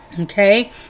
Okay